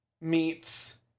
meets